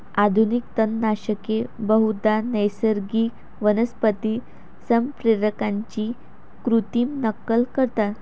आधुनिक तणनाशके बहुधा नैसर्गिक वनस्पती संप्रेरकांची कृत्रिम नक्कल करतात